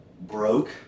broke